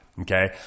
okay